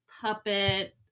puppet